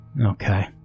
Okay